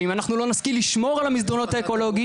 ואם אנחנו לא נשכיל לשמור על המסדרונות האקולוגיים.